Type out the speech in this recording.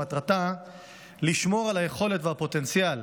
שמטרתה לשמור על היכולת והפוטנציאל